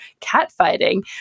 catfighting